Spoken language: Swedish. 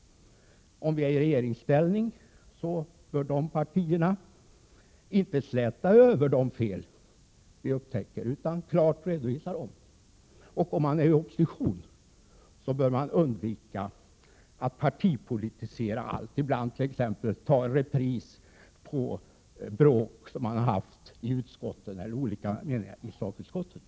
Det eller de partier som befinner sig i regeringsställning bör inte släta över de fel som vi upptäcker, utan klart redovisa dem. De som befinner sig i opposition bör undvika att partipolitisera allt och t.ex. ta repris på bråk som man haft i utskottet eller på olika meningar som man har haft i fackutskotten.